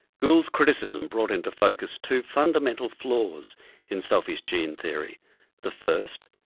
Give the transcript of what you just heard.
gould's criticism brought into focus two fundamental flaws in selfish gene theory the first,